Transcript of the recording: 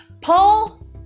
Paul